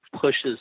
pushes